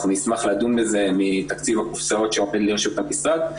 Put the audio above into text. אנחנו נשמח לדון בזה מתקציב הקופסאות שעומד לרשות המשרד.